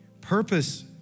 Purpose